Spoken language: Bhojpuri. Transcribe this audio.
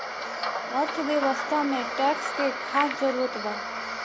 अर्थव्यवस्था में टैक्स के खास जरूरत बा